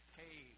hey